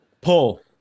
Pull